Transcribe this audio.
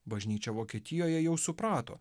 bažnyčia vokietijoje jau suprato